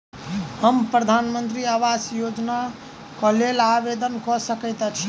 हम प्रधानमंत्री आवास योजना केँ लेल आवेदन कऽ सकैत छी?